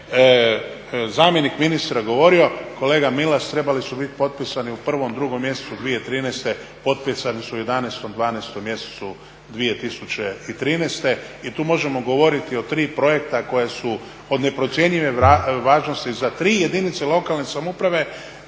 zamjenik ministra govorio, kolega Milas, trebali su biti potpisani u 1., 2. mjesecu 2013., potpisani su u 11., 12. mjesecu 2013. i tu možemo govoriti o 3 projekta koja su od neprocjenjive važnosti za 3 jedinice lokalne samouprave,